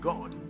God